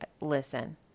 listen